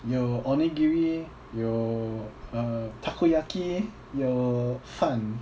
有 onigiri 有 err takoyaki 有饭